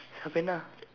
அப்ப என்னா:appa ennaa